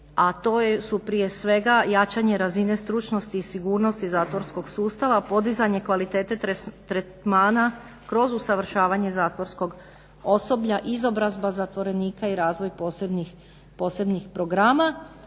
A to su prije svega jačanje razine stručnosti i sigurnosti zatvorskog sustava, podizanje kvalitete tretmana kroz usavršavanje zatvorskog osoblja, izobrazba zatvorenika i razvoj posebnih programa.